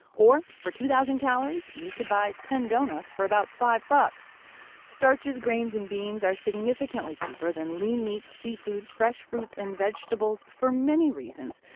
or, for two thousand calories, you could buy ten donuts for about five bucks starches, grains and beans are significantly cheaper than lean meats, seafood, fresh fruits and vegetables for many reasons,